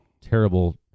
terrible